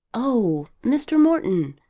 oh, mr. morton!